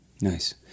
Nice